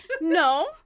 no